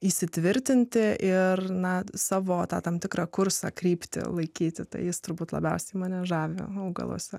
įsitvirtinti ir na savo tam tikrą kursą kryptį laikyti tą jis turbūt labiausiai mane žavi augaluose